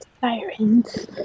Sirens